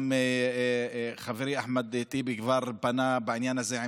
גם חברי אחמד טיבי כבר פנה בעניין הזה,